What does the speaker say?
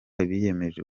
biyemeje